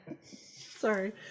Sorry